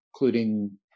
including